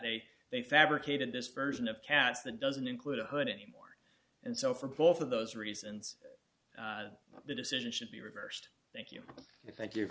they they fabricated this version of cats that doesn't include a hood anymore and so for both of those reasons the decision should be reversed thank you thank you